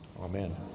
Amen